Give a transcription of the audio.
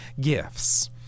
gifts